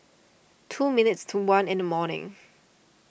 two minutes to one in the morning